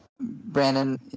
Brandon